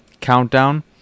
countdown